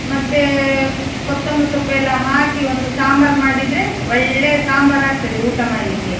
ಮತ್ತೆ ಕೊತ್ತಂಬರಿ ಸೊಪ್ಪು ಎಲ್ಲ ಹಾಕಿ ಒಂದು ಸಾಂಬಾರು ಮಾಡಿದರೆ ಒಳ್ಳೆ ಸಾಂಬಾರು ಆಗ್ತದೆ ಊಟ ಮಾಡಲಿಕ್ಕೆ